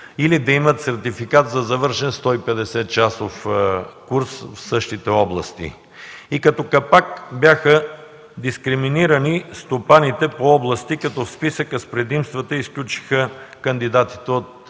или да имат сертификат за завършен 150-часов курс в същите области. И като капак бяха дискриминирани стопаните по области, като от списъка с предимствата изключиха кандидатите от